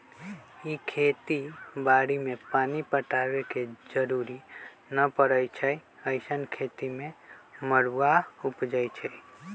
इ खेती बाड़ी में पानी पटाबे के जरूरी न परै छइ अइसँन खेती में मरुआ उपजै छइ